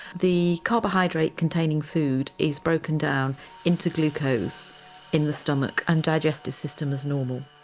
the carbohydrate-containing food is broken down into glucose in the stomach and digestive system as normal.